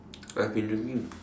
I've been drinking